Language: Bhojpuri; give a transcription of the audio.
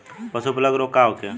पशु प्लग रोग का होखे?